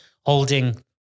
holding